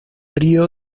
río